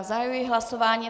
Zahajuji hlasování.